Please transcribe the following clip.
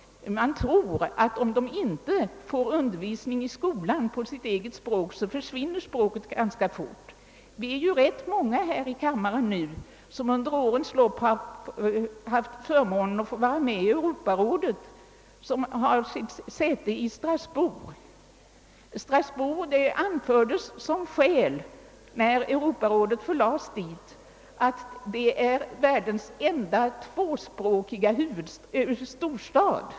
Man tror att om barnen inte får undervisning i skolan på sitt eget språk försvinner språket ganska fort. Det är ganska många här il kammaren nu som under årens lopp har haft förmånen att få vara med i Europarådet som har sitt säte i Strasbourg. Ett skäl för att förlägga Europarådet dit som anförts var att det är världens enda tvåspråkiga storstad.